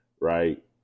Right